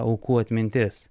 aukų atmintis